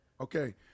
Okay